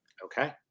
Okay